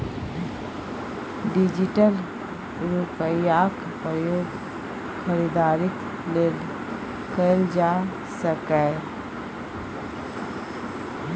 digital रुपैयाक प्रयोग खरीदारीक लेल कएल जा सकैए